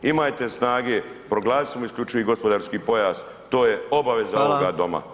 Imajte snage, proglasimo isključivi gospodarski pojas, to je obaveza ovoga Doma.